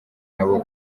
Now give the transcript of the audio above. nabo